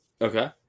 Okay